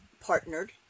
partnered